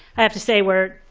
i have to say, we're